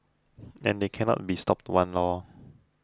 and they cannot be stopped one lor